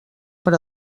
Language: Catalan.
per